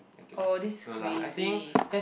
oh this crazy